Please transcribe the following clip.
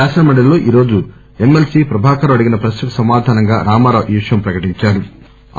శాసన మండలిలో ఈరోజు ఎంఎల్సీ ప్రభాకరరావు అడిగిన ప్రశ్న కు సమాధానంగా రామారావు ఈ విషయం ప్రకటించారు